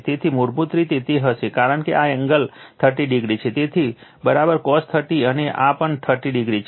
તેથી મૂળભૂત રીતે તે હશે કારણ કે આ એંગલ 30o છે તેથી cos 30 અને આ પણ 30o છે